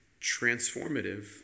transformative